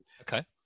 okay